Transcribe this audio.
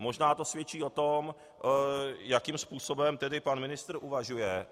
Možná to svědčí o tom, jakým způsobem pan ministr uvažuje.